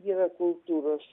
yra kultūros